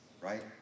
Right